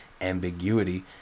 ambiguity